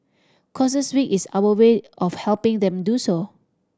causes Week is our way of helping them do so